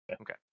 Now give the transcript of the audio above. Okay